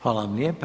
Hvala vam lijepo.